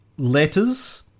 Letters